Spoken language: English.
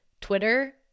Twitter